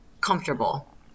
comfortable